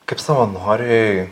kaip savanoriui